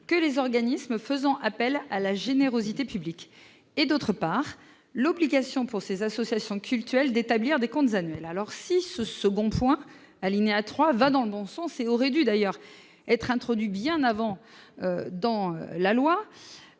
que les organismes faisant appel à la générosité publique et d'autre part, l'obligation pour ces associations cultuelles d'établir des comptes annuels alors si ce second point, alinéa 3 va dans le bon sens et auraient dû d'ailleurs être introduit bien avant dans la loi